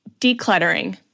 Decluttering